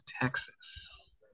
Texas